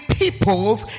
peoples